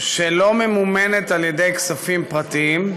שלא ממומנת על-ידי כספים פרטיים,